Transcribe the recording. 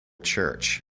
church